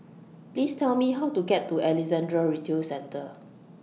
Please Tell Me How to get to Alexandra Retail Centre